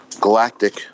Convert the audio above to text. galactic